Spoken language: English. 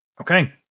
Okay